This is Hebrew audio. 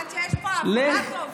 עד שיש פה אווירה טובה.